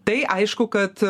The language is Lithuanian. tai aišku kad